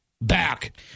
back